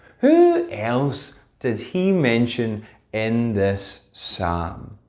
who else did he mention in this psalm?